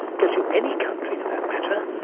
go to any country, for that matter.